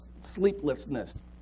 sleeplessness